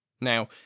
Now